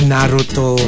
Naruto